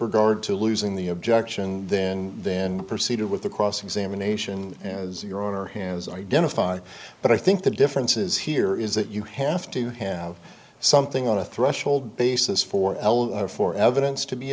regard to losing the objection then then proceeded with the cross examination as your honor has identified but i think the differences here is that you have to have something on a threshold basis for l r for evidence to be